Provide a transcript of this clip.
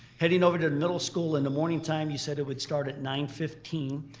heading over to the middle school in the morning time you said it would start at nine fifteen.